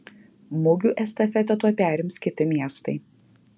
mugių estafetę tuoj perims kiti miestai